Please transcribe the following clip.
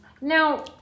Now